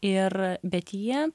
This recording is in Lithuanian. ir bet jie